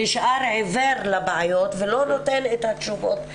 נשאר עיוור לבעיות ולא נותן את התשובות האמיתיות.